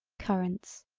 currents,